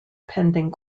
pending